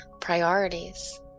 priorities